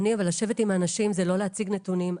אדוני, אבל לשבת עם האנשים זה לא להציג נתונים.